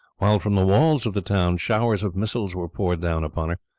while from the walls of the town showers of missiles were poured down upon her.